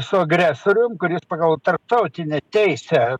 su agresorium kuris pagal tarptautinę teisę